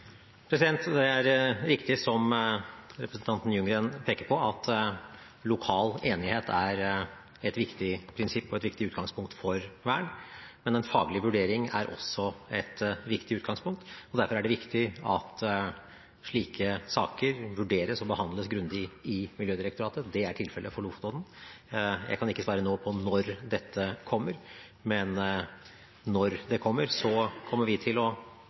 Det er riktig, som representanten Ljunggren peker på, at lokal enighet er et viktig prinsipp og et viktig utgangspunkt for vern, men en faglig vurdering er også et viktig utgangspunkt, og derfor er det viktig at slike saker vurderes og behandles grundig i Miljødirektoratet. Det er tilfellet for Lofotodden. Jeg kan ikke nå svare på når dette kommer, men når det kommer, kommer vi til å